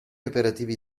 operativi